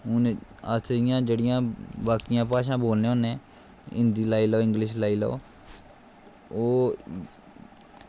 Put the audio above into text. हून अस इ'यां एह्कियां जेह्ड़ियां बाकी भाशा बोले होन्ने हिंदी लाई लैओ इंग्लिश लाई लैओ ओह्